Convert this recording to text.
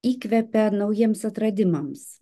įkvepia naujiems atradimams